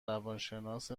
روانشناس